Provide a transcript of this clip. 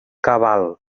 cabal